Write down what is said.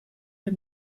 der